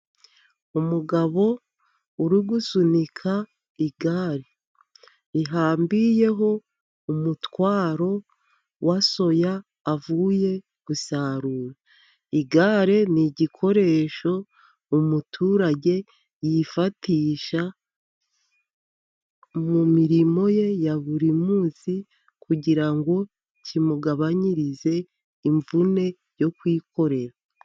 Umugabo uri gusunika igare, rihambiyeho umutwaro wa soya avuye gusarura, igare ni igikoresho umuturage yifashisha mu mirimo ye ya buri munsi, kugirango kimugabanyirize imvune yo kwikorera.